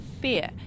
fear